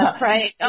Right